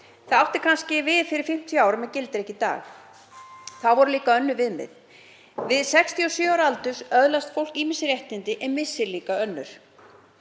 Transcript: Það átti kannski við fyrir 50 árum en gildir ekki í dag. Þá voru líka önnur viðmið. Við 67 ára aldur öðlast fólk ýmis réttindi en missir líka önnur.